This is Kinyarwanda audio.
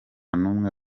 numwe